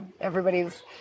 Everybody's